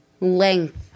length